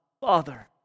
Father